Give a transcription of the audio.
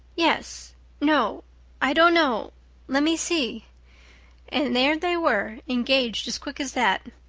yes no i don't know let me see' and there they were, engaged as quick as that.